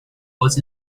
was